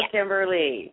Kimberly